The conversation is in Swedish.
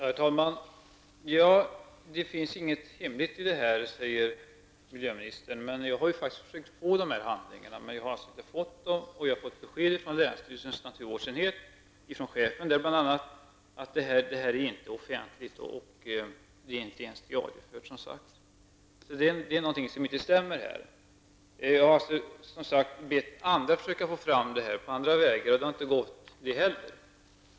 Herr talman! Det finns inget hemligt i det här, säger miljöministern. Jag har faktiskt försökt få dessa handlingar, men jag har inte fått dem. Jag har från länsstyrelsens naturvårdsenhet, bl.a. från chefen där, fått besked om att detta inte är offentligt. Och det är som sagt inte ens diariefört. Det är någonting som inte stämmer här. Jag har som sagt också bett andra försöka få fram dessa handlingar, men inte heller det har lyckats.